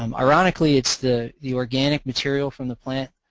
um ironically it's the, the organic material from the plant,